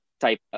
type